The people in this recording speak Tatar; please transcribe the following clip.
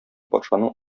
патшаның